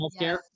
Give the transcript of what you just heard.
healthcare